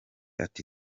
ati